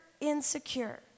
insecure